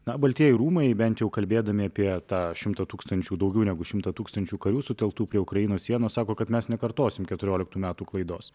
na baltieji rūmai bent jau kalbėdami apie tą šimtą tūkstančių daugiau negu šimtą tūkstančių karių sutelktų prie ukrainos sienos sako kad mes nekartosim keturioliktų metų klaidos